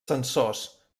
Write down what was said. censors